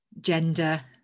gender